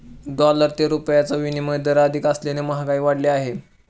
dollar ते रुपयाचा विनिमय दर अधिक असल्याने महागाई वाढली आहे